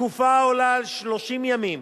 תקופה העולה על 30 ימים,